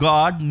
God